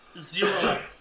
zero